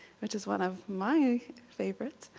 which is one of my favorites.